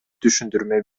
түшүндүрмө